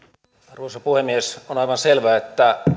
arvoisa puhemies on aivan selvää että